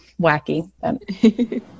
wacky